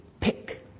pick